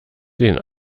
den